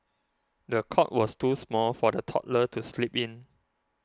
the cot was too small for the toddler to sleep in